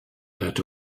that